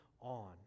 on